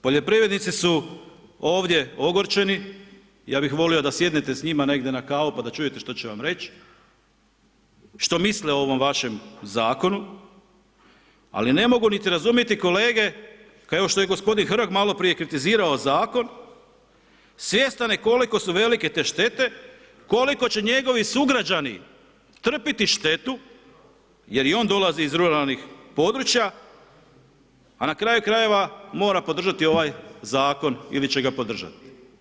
Poljoprivrednici su ovdje ogorčeni, ja bih volio da sjednete s njima negdje na kavu, pa da čujete što će vam reći, što misle o ovom vašem zakonu, ali ne mogu niti razumjeti kolege, kao što je gospodin Hrg maloprije kritizirao zakon, svjestan je koliko su velike te štete, koliko će njegovi sugrađani trpiti štetu jer i on dolazi iz ruralnih područja, a na kraju krajeva mora podržati ovaj zakon ili će ga podržati.